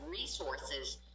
resources